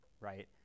right